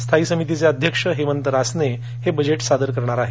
स्थायी समितीचे अध्यक्ष हेमंत रासने हे हे बजेट सादर करणार आहेत